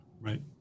Right